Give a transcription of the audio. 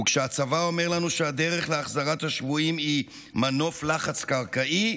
וכשהצבא אומר לנו שהדרך להחזרת השבויים היא מנוף לחץ קרקעי,